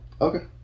Okay